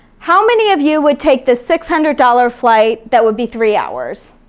how many of you would take the six hundred dollars flight that would be three hours?